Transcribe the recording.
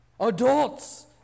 Adults